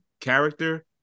character